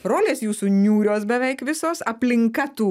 rolės jūsų niūrios beveik visos aplinka tų